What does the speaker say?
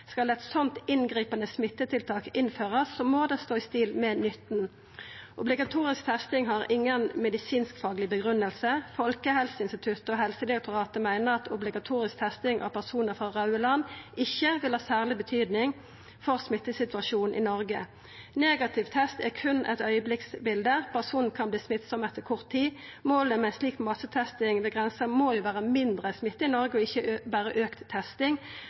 Skal eit slikt inngripande smittetiltak innførast, må det stå i stil med nytta. Obligatorisk testing har ingen medisinfagleg grunngjeving. Folkehelseinstituttet og Helsedirektoratet meiner obligatorisk testing av personar frå raude land ikkje vil vera særleg viktig for smittesituasjonen i Noreg. Negativ test er berre eit augneblinksbilde, personen kan verta smittsam etter kort tid. Målet med slik massetesting ved grensa må jo vera mindre smitte i Noreg, og ikkje berre auka testing.